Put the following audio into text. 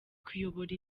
kuyobora